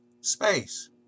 space